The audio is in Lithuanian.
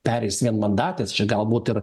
pereis vienmandatės čia galbūt ir